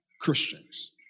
Christians